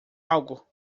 algo